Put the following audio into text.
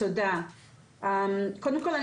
קודם כל,